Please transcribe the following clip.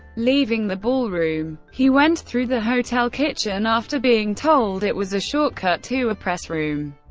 leaving the ballroom, he went through the hotel kitchen after being told it was a shortcut to a press room.